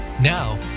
Now